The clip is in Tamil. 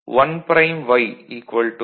y 1 0